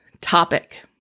topic